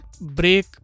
break